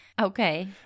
Okay